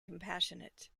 compassionate